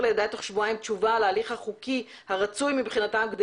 לידה תוך שבועיים תשובה על ההליך החוקי הרצוי מבחינתם כדי